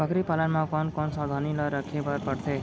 बकरी पालन म कोन कोन सावधानी ल रखे बर पढ़थे?